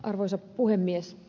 arvoisa puhemies